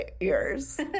ears